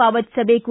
ಪಾವತಿಸಬೇಕು